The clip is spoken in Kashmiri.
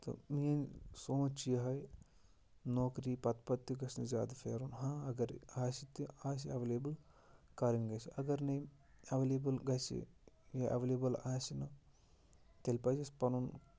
تہٕ میٛٲنۍ سونٛچ یِہوٚے نوکری پَتہٕ پَتہٕ تہِ گژھِ نہٕ زیادٕ پھیرُن ہاں اَگر آسہِ تہِ آسہِ اٮ۪ولیبٕل کَرٕنۍ گژھِ اَگر نَے اٮ۪ولیبٕل گژھِ یا اٮ۪ولیبٕل آسہِ نہٕ تیٚلہِ پَزِ اَسہِ پَنُن